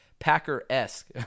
Packer-esque